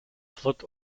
flood